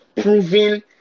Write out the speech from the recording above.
proving